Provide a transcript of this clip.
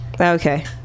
Okay